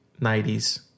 90s